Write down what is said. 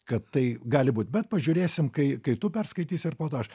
kad tai gali būti bet pažiūrėsim kai kai tu perskaitysi ir po to aš